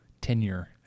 tenure